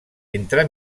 entre